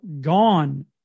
gone